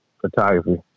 photography